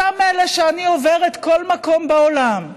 אלה שאני עוברת בכל מקום בעולם ואומרת: